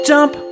Jump